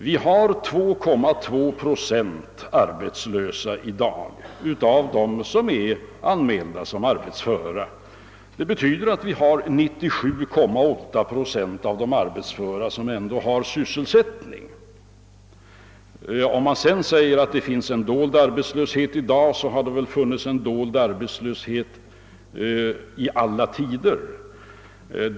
Vi har i dag 2,2 procent arbetslösa av dem som är anmälda som arbetsföra. Det betyder att 97,8 procent av de arbetsföra har sysselsättning. Man säger att det finns en dold arbetslöshet i dag, men en sådan har det väl funnits i alla tider.